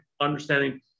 understanding